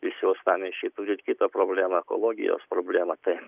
visi uostamiesčiai kuri kitą problemą ekologijos problemą tai